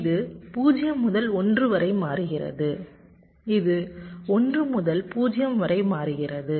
இது 0 முதல் 1 வரை மாறுகிறது இது 1 முதல் 0 வரை மாறுகிறது